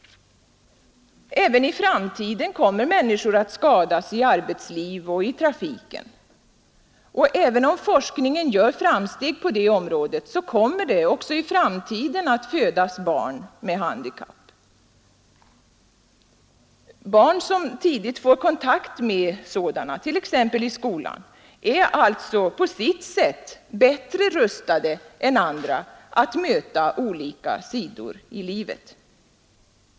Även i framtiden kommer människor att skadas i arbetslivet och i trafiken, Och även om forskningen gör framsteg på det området, kommer det även i framtiden att födas barn med handikapp. Barn som tidigt får kontakt med sådana, t.ex. i skolan, är alltså på sitt sätt bättre rustade än andra att möta olika sidor i livet.